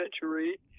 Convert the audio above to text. century